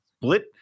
split